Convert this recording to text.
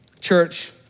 Church